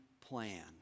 plan